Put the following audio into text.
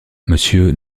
monsieur